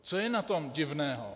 Co je na tom divného?